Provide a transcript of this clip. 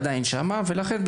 עדיין שמה ולכן,